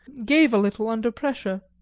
gave a little under pressure.